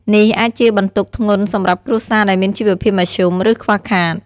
នេះអាចជាបន្ទុកធ្ងន់សម្រាប់គ្រួសារដែលមានជីវភាពមធ្យម ឬខ្វះខាត។